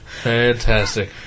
Fantastic